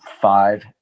five